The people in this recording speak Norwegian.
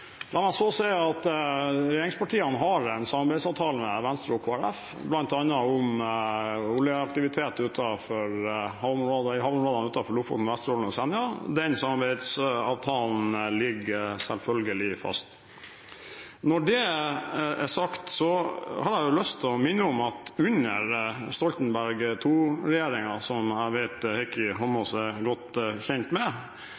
La meg så si at regjeringspartiene har en samarbeidsavtale med Venstre og Kristelig Folkeparti, bl.a. om oljeaktivitet i havområdene utenfor Lofoten, Vesterålen og Senja. Den samarbeidsavtalen ligger selvfølgelig fast. Når det er sagt, har jeg lyst til å minne om at under Stoltenberg II-regjeringen, som jeg vet at Heikki Eidsvoll Holmås er godt kjent med,